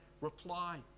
reply